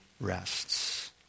rests